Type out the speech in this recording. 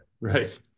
Right